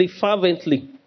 fervently